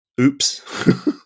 Oops